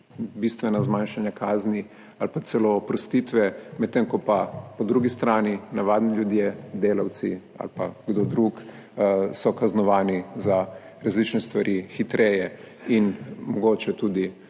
bistvena zmanjšanja kazni ali pa celo oprostitve, medtem ko so pa po drugi strani navadni ljudje, delavci ali pa kdo drug kaznovani za različne stvari hitreje in mogoče tudi